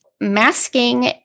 Masking